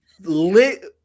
lit